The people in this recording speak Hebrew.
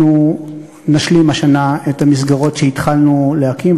אנחנו נשלים השנה את המסגרות שהתחלנו להקים,